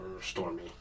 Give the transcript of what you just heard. stormy